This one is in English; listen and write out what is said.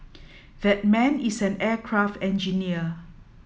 that man is an aircraft engineer